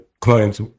clients